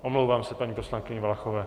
Omlouvám se, paní poslankyni Valachové.